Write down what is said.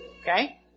okay